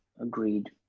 Agreed